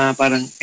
parang